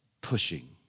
pushing